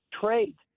trade